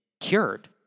cured